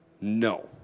No